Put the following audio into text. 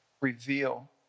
reveal